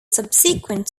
subsequent